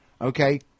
Okay